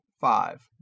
five